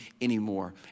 anymore